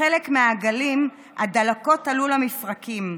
לחלק מהעגלים הדלקות עלו למפרקים.